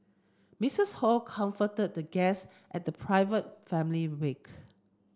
Mistress Ho comforted the guests at the private family wake